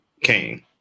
Kane